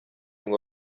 ngo